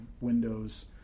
Windows